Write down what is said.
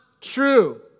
true